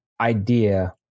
idea